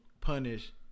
punish